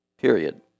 Period